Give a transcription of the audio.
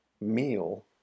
meal